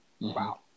Wow